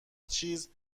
چیز